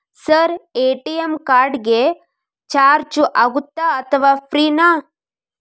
Sir ATM card ಗೆ charge ಆಗುತ್ತಾ ಅಥವಾ ಫ್ರೇ ನಾ?